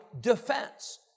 defense